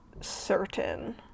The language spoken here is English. certain